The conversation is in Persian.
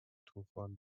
طوفان